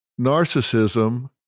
narcissism